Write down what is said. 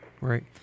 Right